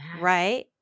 right